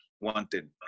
wanted